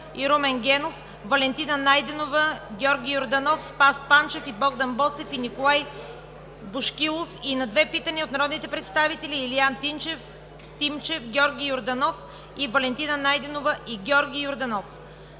и на две питания от народните представители Илиян Тимчев, Георги Йорданов и Валентина Найденова; и Георги Йорданов.